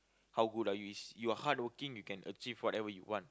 how good are you is you are hardworking you can achieve whatever you want